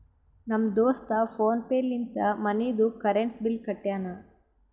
ನಮ್ ದೋಸ್ತ PhonePe ಲಿಂತೆ ಮನಿದು ಕರೆಂಟ್ ಬಿಲ್ ಕಟ್ಯಾನ್